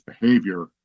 behavior